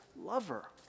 lover